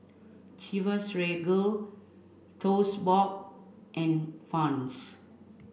Chivas Regal Toast Box and Vans